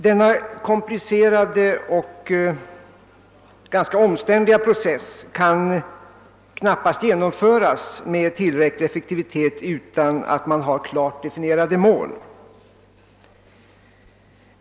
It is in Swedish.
Denna komplicerade och ganska omständliga process kan knappast genomföras med tillräcklig effektivitet utan att man har klart definierade mål.